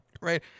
Right